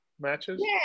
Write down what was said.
matches